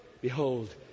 Behold